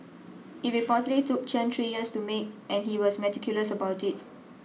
it reportedly took Chen tree years to make and he was meticulous about it